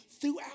throughout